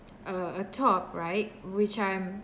a a top right which I'm